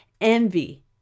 envy